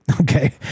okay